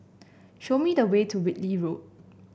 show me the way to Whitley Road